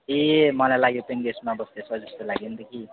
ए मलाई लाग्यो पेइिङगेस्टमा बस्दै छ जस्तो लाग्यो नि त कि